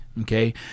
Okay